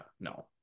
no